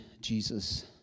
Jesus